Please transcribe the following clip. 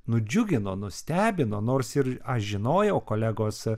nudžiugino nustebino nors ir aš žinojau kolegos